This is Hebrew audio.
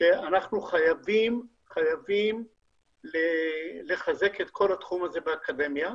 שאנחנו חייבים לחזק את כל התחום הזה באקדמיה.